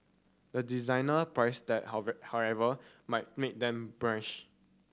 the designer price tag however might make them blanch